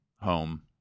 home